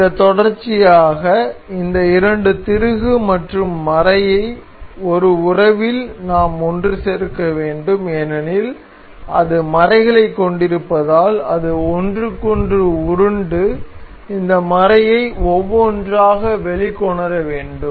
இதன் தொடர்ச்சியாக இந்த இரண்டு திருகு மற்றும் மறையை ஒரு உறவில் நாம் ஒன்றுசேர்க்க வேண்டும் ஏனெனில் அது மறைகளைக் கொண்டிருப்பதால் அது ஒன்றுக்கொன்று உருண்டு இந்த மறையை ஒவ்வொன்றாக வெளிக்கொணர வேண்டும்